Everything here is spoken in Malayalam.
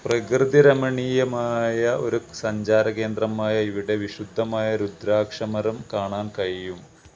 പ്രകൃതിരമണീയമായ ഒരു സഞ്ചാരകേന്ദ്രമായ ഇവിടെ വിശുദ്ധമായ രുദ്രാക്ഷ മരം കാണാന് കഴിയും